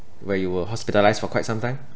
where you were hospitalised for quite some time